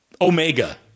omega